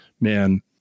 man